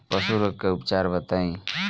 पशु रोग के उपचार बताई?